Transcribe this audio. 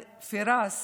פארס